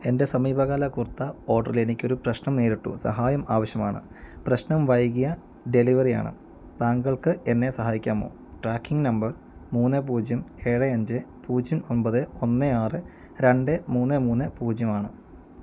എൻ്റെ സമീപകാല കുർത്ത ഓഡറിൽ എനിക്ക് ഒരു പ്രശ്നം നേരിട്ടു സഹായം ആവശ്യമാണ് പ്രശ്നം വൈകിയ ഡെലിവറി ആണ് താങ്കൾക്ക് എന്നെ സഹായിക്കാമോ ട്രാക്കിംഗ് നമ്പർ മൂന്ന് പൂജ്യം ഏഴ് അഞ്ച് പൂജ്യം ഒൻപത് ഒന്ന് ആറ് രണ്ട് മൂന്ന് മൂന്ന് പൂജ്യം ആണ്